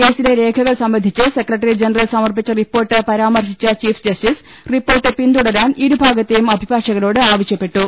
കേസിലെ രേഖകൾ സംബന്ധിച്ച് സെക്രട്ടറി ജനറൽ സമർപ്പിച്ച റിപ്പോർട്ട് പരാമർശിച്ച ചീഫ് ജസ്റ്റിസ് റിപ്പോർട്ട് പിന്തു ടരാൻ ഇരുഭാഗത്തെയും അഭിഭാഷകരോട് ആവശ്യപ്പെട്ടു